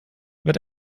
wird